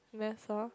that's all